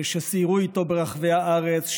שסיירו איתו ברחבי הארץ,